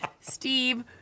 Steve